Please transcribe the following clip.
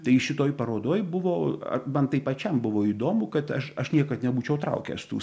tai šitoj parodoj buvo ar man tai pačiam buvo įdomu kad aš aš niekad nebūčiau traukęs tų